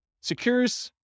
secures